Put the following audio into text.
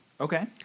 Okay